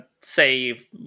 say